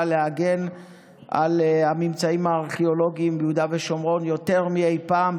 להגן על הממצאים הארכיאולוגיים ביהודה ושומרון יותר מאי פעם,